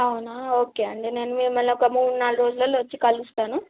అవునా ఓకే అండి నేను మిమల్ని ఒక మూడు నాలుగు రోజులల్లో వచ్చి కలుస్తాను